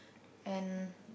and